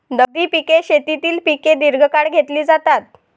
नगदी पिके शेतीतील पिके दीर्घकाळ घेतली जातात